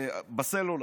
בסלולר.